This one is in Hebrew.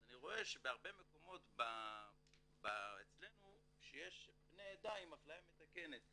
אז אני רואה שבהרבה מקומות אצלנו יש בני עדה עם אפליה מתקנת.